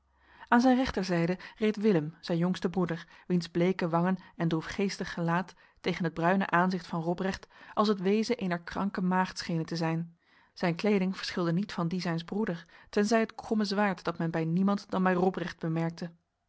aan zijn rechterzijde reed willem zijn jongste broeder wiens bleke wangen en droefgeestig gelaat tegen het bruine aanzicht van robrecht als het wezen ener kranke maagd schenen te zijn zijn kleding verschilde niet van die zijns broeder tenzij het krom zwaard dat men bij niemand dan bij robrecht bemerkte